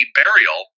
burial